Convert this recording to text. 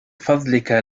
فضلك